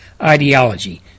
ideology